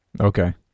Okay